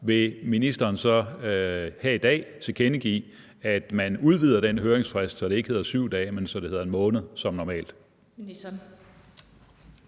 vil ministeren så her i dag tilkendegive, at man udvider den høringsfrist, så den ikke er på 7 dage, men 1 måned som normalt? Kl.